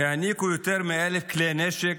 העניקו יותר מ-1,000 כלי נשק